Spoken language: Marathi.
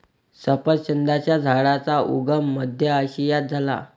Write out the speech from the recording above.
सफरचंदाच्या झाडाचा उगम मध्य आशियात झाला